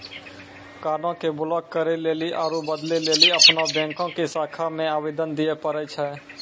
कार्डो के ब्लाक करे लेली आरु बदलै लेली अपनो बैंको के शाखा मे आवेदन दिये पड़ै छै